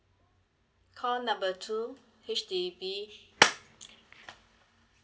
call number two H_D_B